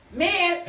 man